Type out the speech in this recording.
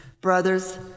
brothers